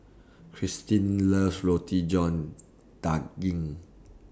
Kirstin loves Roti John Daging